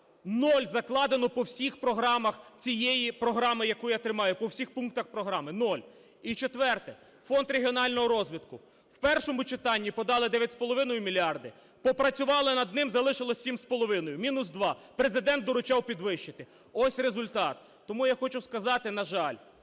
Нуль закладено по всіх програмах цієї програми, яку я тримаю, по всіх пунктах програми, нуль. І четверте – фонд регіонального розвитку. В першому читанні подали 9,5 мільярдів, попрацювали над ним, залишилось 7,5 мінус 2. Президент доручав підвищити. Ось результат. Тому я хочу сказати, на жаль,